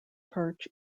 perch